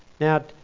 Now